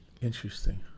Interesting